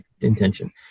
intention